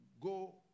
go